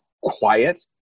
quiet